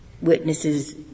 witnesses